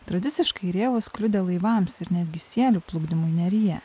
tradiciškai rėvos kliudė laivams ir netgi sielių plukdymui neryje